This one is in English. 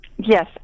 Yes